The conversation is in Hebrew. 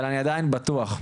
אבל אני עדיין בטוח,